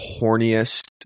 horniest